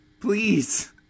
Please